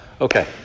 Okay